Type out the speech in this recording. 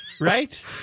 right